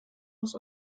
muss